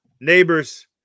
neighbors